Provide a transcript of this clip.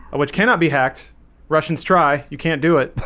which cannot be hacked russians, try you can't do it